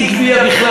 זה אי-גבייה,